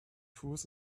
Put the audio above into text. fuß